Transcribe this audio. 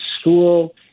school